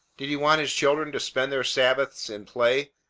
did he want his children to spend their sabbaths in play,